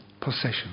possession